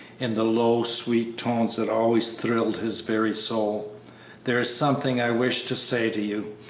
in the low, sweet tones that always thrilled his very soul there is something i wish to say to you,